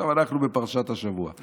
עכשיו אנחנו בפרשת השבוע.